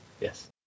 yes